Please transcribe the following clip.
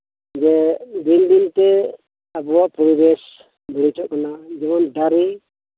ᱡᱮ ᱫᱤᱱ ᱫᱤᱱᱛᱮ ᱟᱵᱩᱣᱟᱜ ᱯᱚᱨᱤᱵᱮᱥ ᱵᱟᱹᱲᱤᱪᱚᱜ ᱠᱟᱱᱟ ᱡᱮᱢᱚᱱ ᱫᱟᱨᱤ